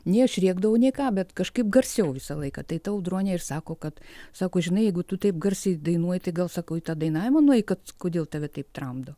nė aš rėkdavau nė ką bet kažkaip garsiau visą laiką tai ta audronė ir sako kad sako žinai jeigu tu taip garsiai dainuoti tai gal sakau į tą dainavimą nueik kad kodėl tave kaip tramdo